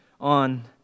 on